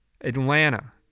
Atlanta